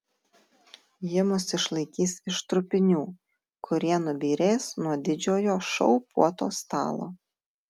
ji mus išlaikys iš trupinių kurie nubyrės nuo didžiojo šou puotos stalo